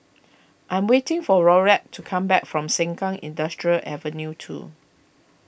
I am waiting for Laurette to come back from Sengkang Industrial Avenue two